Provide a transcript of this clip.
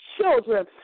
children